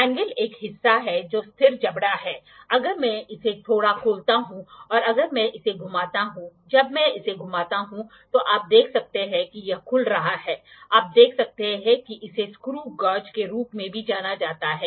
anvil एक हिस्सा है जो स्थिर जबड़ा है अगर मैं इसे थोड़ा खोलता हूं और अगर मैं इसे घुमाता हूं जब मैं इसे घुमाता हूं तो आप देख सकते हैं कि यह खुल रहा है आप देख सकते हैं कि इसे स्क्रू गेज के रूप में भी जाना जाता है